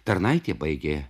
tarnaitė baigė